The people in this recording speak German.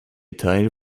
teil